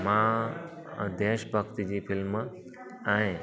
मां देश भक्ती फिल्म ऐं